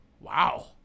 Wow